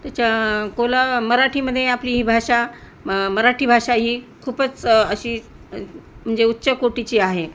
त्याच्या कोला मराठीमध्ये आपली ही भाषा म मराठी भाषा ही खूपच अशी म्हणजे उच्च कोटीची आहे